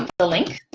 um the link